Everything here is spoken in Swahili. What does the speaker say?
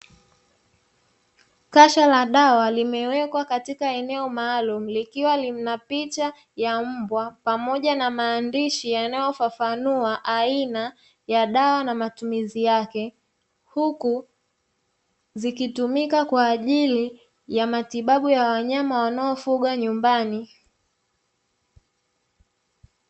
Kasha la dawa limewekwa katika eneo maalumu likwa lina picha ya mbwa pamoja na maandishi yanayofafanua aina ya dawa na matumizi yake huku zikitumika kwaajili ya matibabu ya wanyama wanafugwa nyumbani.